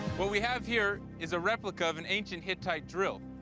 what we have here is a replica of an ancient hittite drill.